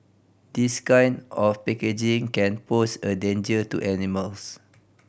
this kind of packaging can pose a danger to animals